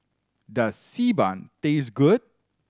does Xi Ban taste good